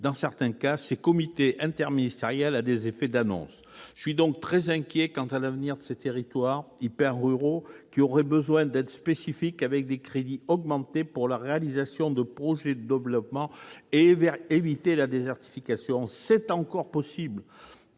cas les réunions de ce comité interministériel à des effets d'annonce. Je suis donc très inquiet quant à l'avenir des territoires hyper-ruraux qui auraient besoin d'aides spécifiques, avec des crédits en augmentation, pour la réalisation de projets de développement afin d'éviter la désertification. C'est encore possible